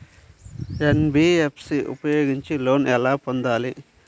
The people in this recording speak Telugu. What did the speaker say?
ఎన్.బీ.ఎఫ్.సి ఉపయోగించి లోన్ ఎలా పొందాలి?